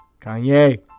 Kanye